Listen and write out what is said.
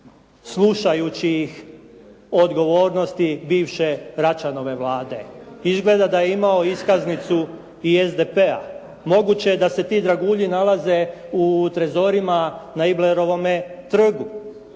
slušajući ih odgovornosti bivše Račanove Vlade. Izgleda da je imao iskaznicu i SDP-a. Moguće je da se ti dragulji nalaze u trezorima na Iblerovome trgu.